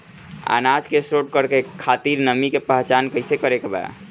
अनाज के स्टोर करके खातिर नमी के पहचान कैसे करेके बा?